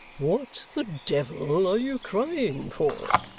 what the de-vil are you crying for?